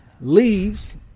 Leaves